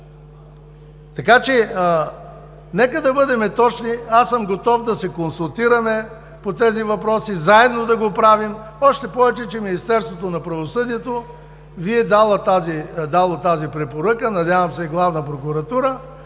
Така че нека да бъдем точни. Аз съм готов да се консултираме по тези въпроси, заедно да го правим, още повече че Министерството на правосъдието Ви е дало тази препоръка, надявам се и Главна прокуратура,